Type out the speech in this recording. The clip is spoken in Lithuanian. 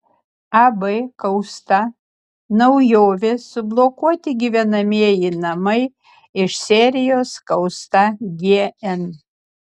ab kausta naujovė sublokuoti gyvenamieji namai iš serijos kausta gn